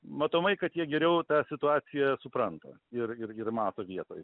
matomai kad jie geriau tą situaciją supranta ir ir mato vietoj